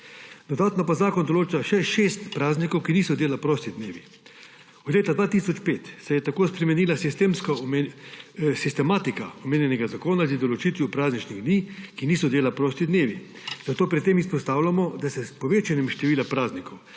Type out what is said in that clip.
Dodatno pa zakon določa še šest praznikov, ki niso dela prosti dnevi. Od leta 2005 se je tako spremenila sistematika omenjenega zakona z določitvijo prazničnih dni, ki niso dela prosti dnevi. Zato pri tem izpostavljamo, da se s povečanjem števila praznikov,